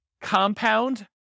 Compound